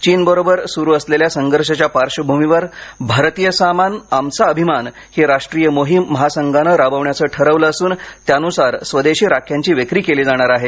चीनबरोबर सुरु असलेल्या संघर्षाच्या पार्श्वभूमीवर भारतीय सामान आमचा अभिमान ही राष्ट्रीय मोहीम महासंघाने राबवण्याच ठरवलं असून त्यानुसार स्वदेशी राख्यांची विक्री केली जाणार आहे